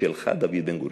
שלך, דוד בן-גוריון".